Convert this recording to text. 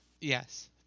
Yes